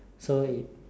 so it